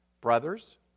brothers